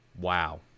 wow